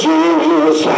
Jesus